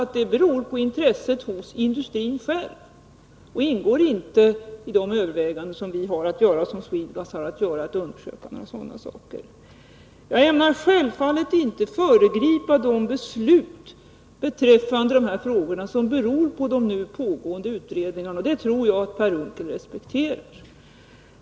Det beror alltså på intresset hos industrin själv och ingår inte i de överväganden som Swedegas har att göra. Jag ämnar självfallet inte föregripa det beslut beträffande dessa frågor som beror på nu pågående utredningar. Det tror jag att Per Unckel respekterar.